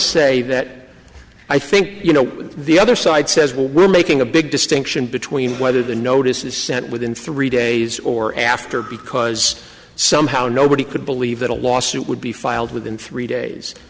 say that i think you know the other side says well we're making a big distinction between whether the notice is sent within three days or after because somehow nobody could believe that a lawsuit would be filed within three days